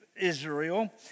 Israel